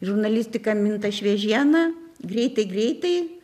žurnalistika minta šviežiena greitai greitai